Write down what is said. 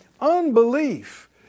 Unbelief